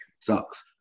Sucks